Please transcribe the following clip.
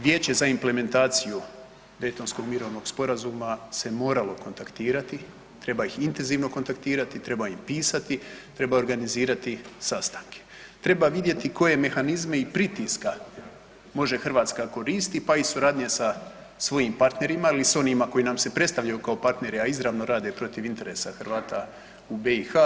Vijeće za implementaciju Daytonskog mirovnog sporazuma se moralo kontaktirati, treba ih intenzivno kontaktirati, trema im pisati, treba organizirati sastanke, treba vidjeti koje mehanizme i pritiska može Hrvatska koristiti pa i suradnje sa svojim partnerima ili s onima koji nam se predstavljaju kao partneri, a izravno rade protiv interesa Hrvata u BiH.